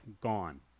gone